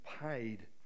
paid